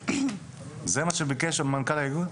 זה מה שביקש מנכ"ל האיגוד?